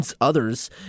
others